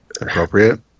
Appropriate